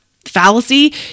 fallacy